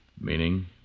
Meaning